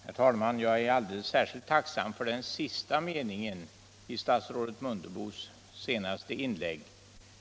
Herr talman! Jag är alldeles särskilt tacksam för den sista meningen i statsrådet Mundebos senaste inlägg.